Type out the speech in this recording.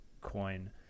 coin